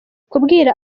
kubwira